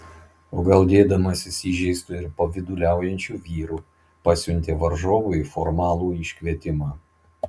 o gal dėdamasis įžeistu ir pavyduliaujančiu vyru pasiuntė varžovui formalų iškvietimą